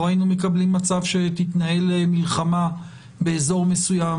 לא היינו מקבלים מצב שתתנהל מלחמה באזור מסוים